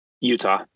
utah